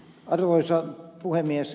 arvoisa puhemies